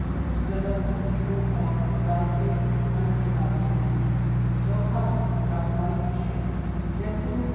جو اس جگہ کی خوشبو اور ذائقے گھر لے آتے ہیں چوتھا یادگاری اشیاء جیسے